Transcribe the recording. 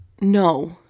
No